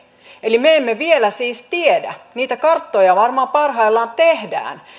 eli me emme vielä siis tiedä niitä karttoja varmaan parhaillaan tehdään